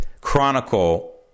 chronicle